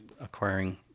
acquiring